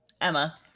Emma